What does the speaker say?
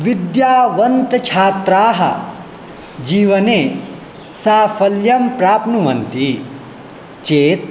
विद्यावन्तः छात्राः जीवने साफल्यं प्राप्नुवन्ति चेत्